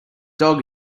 dog